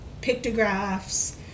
pictographs